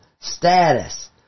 status